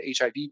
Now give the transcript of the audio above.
HIV